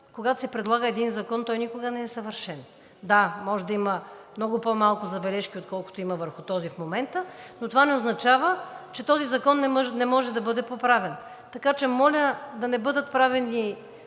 когато се предлага един закон, той никога не е съвършен. Да, може да има много по-малко забележки, отколкото има върху този в момента, но това не означава, че този закон не може да бъде поправен. Така че моля да не бъдат правени